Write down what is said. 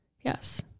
Yes